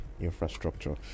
Infrastructure